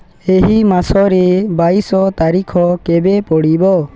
ଏହି ମାସରେ ବାଇଶ ତାରିଖ କେବେ ପଡ଼ିବ